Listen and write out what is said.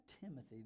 Timothy